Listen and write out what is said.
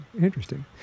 Interesting